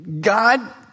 God